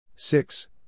Six